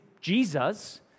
Jesus